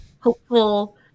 hopeful